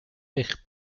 eich